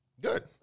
Good